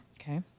Okay